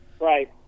right